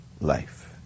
life